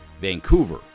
Vancouver